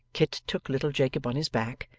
kit took little jacob on his back,